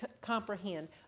comprehend